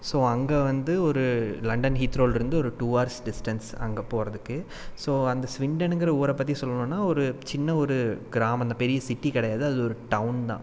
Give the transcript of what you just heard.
so அங்கே வந்து ஒரு லண்டன் ஹீத்ரோலருந்து ஒரு டூ ஹார்ஸ் டிஸ்ட்டன்ஸ் அங்கே போகிறதுக்கு ஸோ அந்த ஸ்விண்டனுங்கிற ஊரைப்பத்தி சொல்லணுனா ஒரு சின்ன ஒரு கிராமந்தான் பெரிய சிட்டி கிடையாது அது ஒரு டவுன் தான்